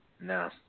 No